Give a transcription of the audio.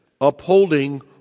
upholding